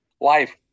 life